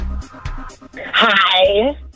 Hi